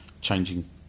changing